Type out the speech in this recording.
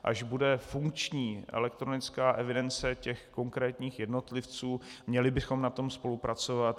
Až bude funkční elektronická evidence těch konkrétních jednotlivců, měli bychom na tom spolupracovat.